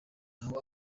aho